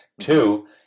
Two